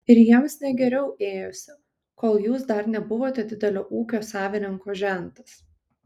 ir jiems ne geriau ėjosi kol jūs dar nebuvote didelio ūkio savininko žentas